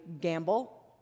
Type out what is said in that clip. gamble